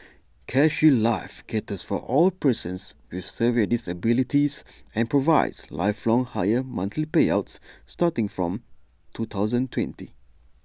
CareShield life caters for all persons with severe disabilities and provides lifelong higher monthly payouts starting from two thousand twenty